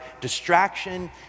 distraction